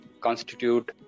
constitute